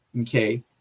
Okay